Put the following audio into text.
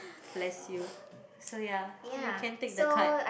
bless you so ya you can take the card